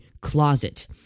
closet